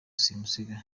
simusiga